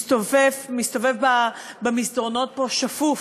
מסתובב במסדרונות פה שפוף,